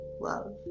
love